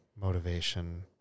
Motivation